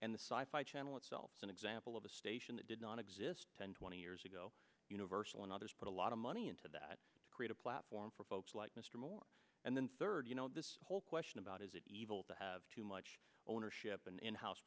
and the channel itself an example of a station that did not exist ten twenty years ago universal and others put a lot of money into that create a platform for folks like mr moore and then third you know this whole question about is it evil to have too much ownership an in house